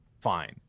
fine